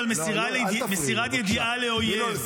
ועל מסירת ידיעה לאויב -- ראש הממשלה לא פגע?